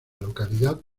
localidad